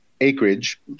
acreage